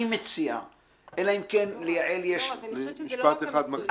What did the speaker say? זה לא רק המיסוי.